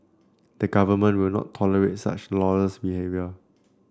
the Government will not tolerate such lawless behaviour